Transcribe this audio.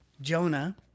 Jonah